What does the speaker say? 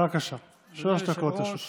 אדוני היושב-ראש,